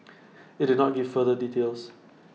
IT did not give further details